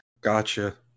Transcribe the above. Gotcha